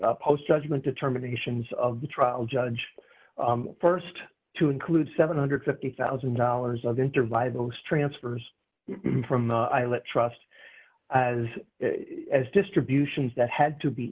the post judgment determinations of the trial judge st to include seven hundred and fifty thousand dollars of interview those transfers from the eyelet trust as as distributions that had to be